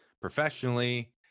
professionally